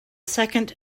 second